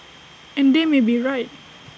and they may be right